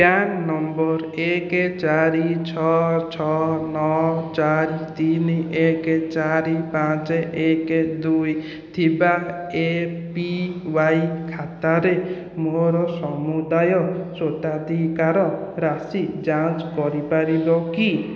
PAN ନମ୍ବର ଏକ ଚାରି ଛଅ ଛଅ ନଅ ଚାରି ତିନି ଏକ ଚାରି ପାଞ୍ଚ ଏକ ଦୁଇ ଥିବା ଏ ପି ୱାଇ ଖାତାରେ ମୋର ସମୁଦାୟ ସ୍ୱତ୍ୱାଧିକାର ରାଶି ଯାଞ୍ଚ କରିପାରିବ କି